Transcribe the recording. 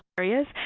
areas.